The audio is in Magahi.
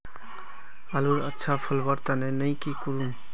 आलूर अच्छा फलवार तने नई की करूम?